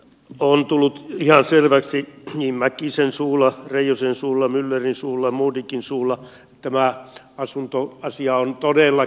on tullut ihan selväksi niin mäkisen suulla reijosen suulla myllerin suulla kuin modigin suulla että tämä asuntoasia on todella kipeä